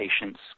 patients